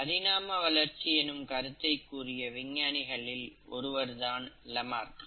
பரிணாம வளர்ச்சி எனும் கருத்தை கூறிய விஞ்ஞானிகளில் ஒருவர் தான் லமார்க்